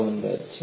સારો અંદાજ